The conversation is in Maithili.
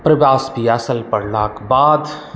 प्रवास पियासल पढ़बाक बाद